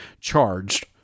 charged